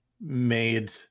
made